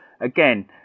again